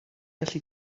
gallu